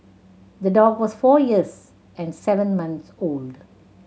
the dog was four years and seven months old